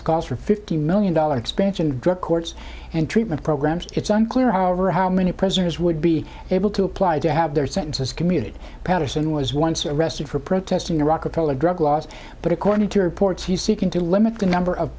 calls for a fifty million dollars expansion of drug courts and treatment programs it's unclear however how many prisoners would be able to apply to have their sentences commuted patterson was once arrested for protesting the rockefeller drug laws but according to reports he's seeking to limit the number of